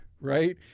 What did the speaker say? Right